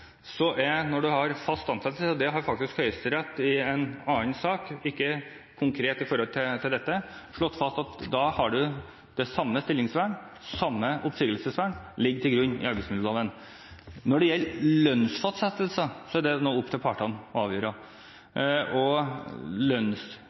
er at når man har fast ansettelse – og dette har Høyesterett, i en annen sak, ikke konkret knyttet til dette, slått fast – har man det samme stillingsvern, det samme oppsigelsesvern, som arbeidsmiljøloven legger til grunn. Når det gjelder lønnsfastsettelse, er det opp til partene å avgjøre.